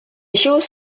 shows